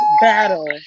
battle